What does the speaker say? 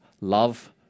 love